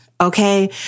Okay